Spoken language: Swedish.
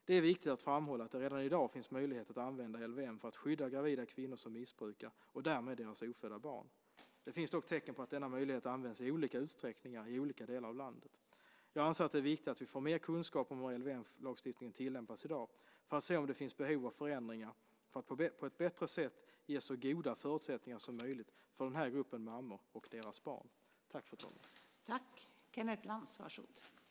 Det är viktigt att framhålla att det redan i dag finns möjlighet att använda LVM för att skydda gravida kvinnor som missbrukar och därmed deras ofödda barn. Det finns dock tecken på att denna möjlighet används i olika utsträckning i olika delar av landet. Jag anser att det är viktigt att vi får mer kunskap om hur LVM tillämpas i dag för att se om det finns behov av förändringar för att på ett bättre sätt ge så goda förutsättningar som möjligt för den här gruppen mammor och deras barn. Då Ulrik Lindgren, som framställt interpellationen, anmält att han var förhindrad att närvara vid sammanträdet medgav andre vice talmannen att Kenneth Lantz i stället fick delta i överläggningen.